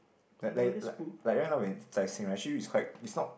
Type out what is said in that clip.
like like like like actually it's quite it's not